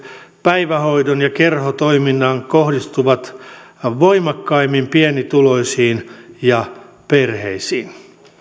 päivähoidon ja kerhotoiminnan leikkaukset kohdistuvat voimakkaimmin pienituloisiin ja perheisiin